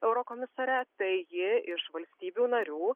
eurokomisare tai ji iš valstybių narių